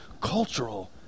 Cultural